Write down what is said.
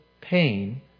pain